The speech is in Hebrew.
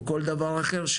או כל דבר אחר,